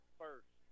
first